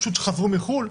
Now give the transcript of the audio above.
פשוט חזרו מחו"ל,